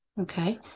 Okay